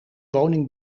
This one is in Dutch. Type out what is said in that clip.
woning